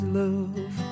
love